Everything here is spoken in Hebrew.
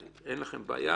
אין לכם בעיה,